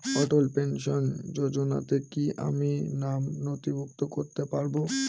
অটল pension যোজনাতে কি আমি নাম নথিভুক্ত করতে পারবো?